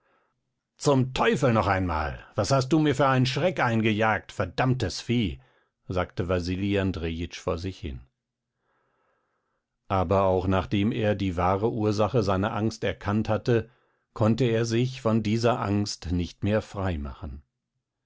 zum teufel noch einmal was hast du mir für einen schreck eingejagt verdammtes vieh sagte wasili andrejitsch vor sich hin aber auch nachdem er die wahre ursache seiner angst erkannt hatte konnte er sich von dieser angst nicht mehr frei machen